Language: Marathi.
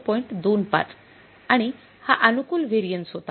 २५ आणि हा अनुकूल व्हेरिएन्स होता